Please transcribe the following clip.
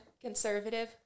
conservative